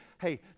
hey